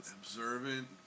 Observant